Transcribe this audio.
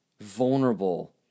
vulnerable